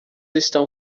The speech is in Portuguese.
estão